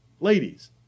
Ladies